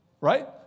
right